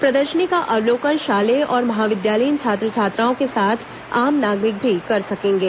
प्रदर्शनी का अवलोकन शालेय और महाविद्यालयीन छात्र छात्राओं के साथ आम नागरिक भी कर सकेंगे